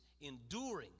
enduring